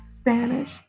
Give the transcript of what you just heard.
Spanish